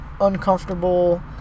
uncomfortable